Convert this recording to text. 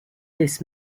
this